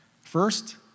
First